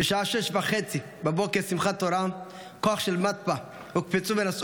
בשעה 06:30 בבוקר שמחת תורה כוח של מתפ"א הוקפץ ונסע